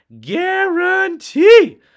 guarantee